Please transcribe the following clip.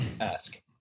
ask